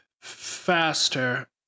faster